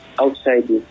outside